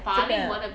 这个 ah